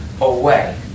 away